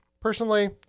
Personally